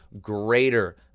greater